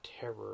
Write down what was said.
terror